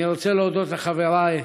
אני רוצה להודות לחברי,